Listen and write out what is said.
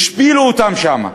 השפילו אותם שם.